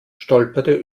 stolperte